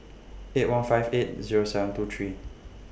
eight one five eight Zero seven two three